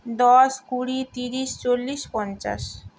দশ কুড়ি তিরিশ চল্লিশ পঞ্চাশ